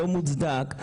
לא מוצדק.